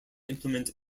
implement